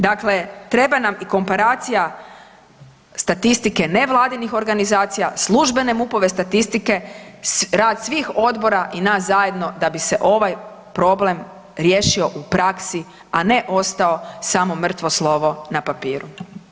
Dakle, treba nam i komparacije statistike nevladinih organizacija, službene MUP-ove statistike, rad svih odbora i nas zajedno da bi se ovaj problem riješio u praksi, a ne ostao samo mrtvo slovo na papiru.